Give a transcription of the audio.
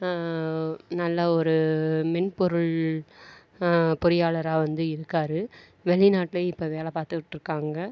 நல்ல ஒரு மென் பொருள் பொறியாளராக வந்து இருக்கார் வெளி நாட்டில் இப்போ வேலை பார்த்துட்ருக்காங்க